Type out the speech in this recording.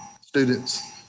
students